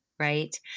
Right